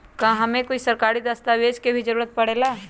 का हमे कोई सरकारी दस्तावेज के भी जरूरत परे ला?